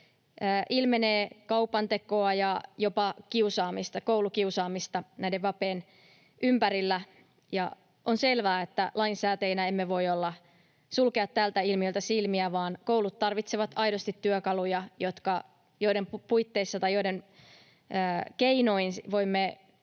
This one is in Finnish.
ilmenee kaupantekoa ja jopa kiusaamista, koulukiusaamista vapejen ympärillä. On selvää, että lainsäätäjinä emme voi sulkea tältä ilmiöltä silmiä, vaan koulut tarvitsevat aidosti työkaluja, joiden keinoin voimme